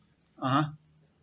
(uh huh)